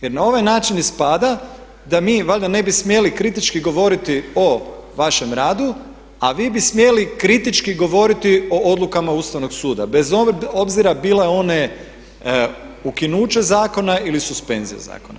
Jer na ovaj način ispada da mi valjda ne bi smjeli kritički govoriti o vašem radu a vi bi smjeli kritički govoriti o odlukama Ustavnog suda bez obzira bile one ukinuće zakona ili suspenzija zakona.